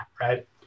Right